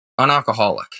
unalcoholic